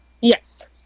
Yes